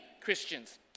Christians